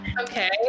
Okay